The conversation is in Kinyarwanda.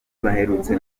baherutse